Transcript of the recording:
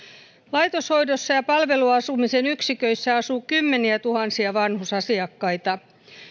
laitoshoidossa ja palveluasumisen yksiköissä asuu kymmeniätuhansia vanhusasiakkaita